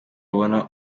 babona